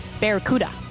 Barracuda